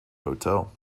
hotel